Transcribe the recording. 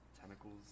tentacles